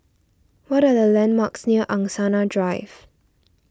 what are the landmarks near Angsana Drive